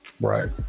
right